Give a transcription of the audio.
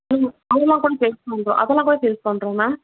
நாங்கள் அதெல்லாம் கூட சேல்ஸ் பண்ணுறோம் அதெல்லாம் கூட சேல்ஸ் பண்ணுறோம் மேம்